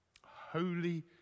Holy